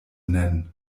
nennen